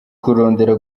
kurondera